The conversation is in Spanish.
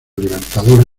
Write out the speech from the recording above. libertadores